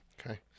okay